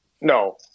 No